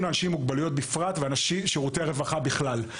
לאנשים עם מוגבלויות בפרט ושירותי הרווחה בכלל.